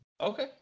Okay